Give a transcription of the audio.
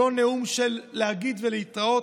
לא נאום של להגיד ולהתראות.